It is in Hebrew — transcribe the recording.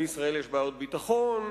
לישראל יש בעיות ביטחון,